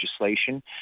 legislation